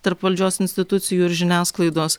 tarp valdžios institucijų ir žiniasklaidos